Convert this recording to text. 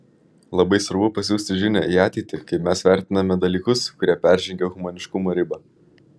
labai svarbu pasiųsti žinią į ateitį kaip mes vertiname dalykus kurie peržengė humaniškumo ribą